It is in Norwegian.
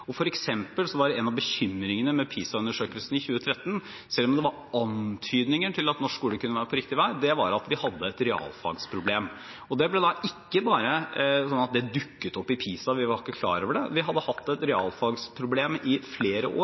var en av bekymringene med PISA-undersøkelsen i 2013, selv om det var antydninger til at norsk skole kunne være på riktig vei, at vi hadde et realfagsproblem. Det dukket ikke bare opp i PISA. Vi var ikke klar over det, vi hadde hatt et realfagsproblem i flere år.